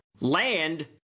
land